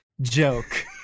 joke